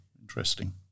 interesting